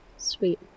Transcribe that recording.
Sweet